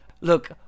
look